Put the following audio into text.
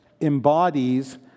embodies